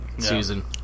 Season